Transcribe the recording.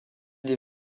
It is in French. des